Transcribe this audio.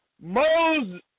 Moses